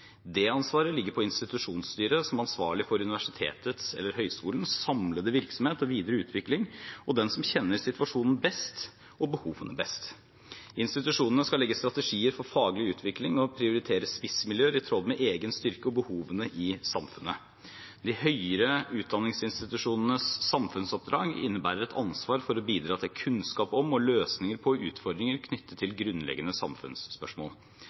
Det ansvaret ligger på institusjonsstyret, som ansvarlig for universitetets eller høyskolens samlede virksomhet og videre utvikling og de som kjenner situasjonen og behovene best. Institusjonene skal legge strategier for faglig utvikling og prioritere spissmiljøer i tråd med egen styrke og behovene i samfunnet. De høyere utdanningsinstitusjonenes samfunnsoppdrag innebærer et ansvar for å bidra til kunnskap om og løsninger på utfordringer knyttet til grunnleggende samfunnsspørsmål.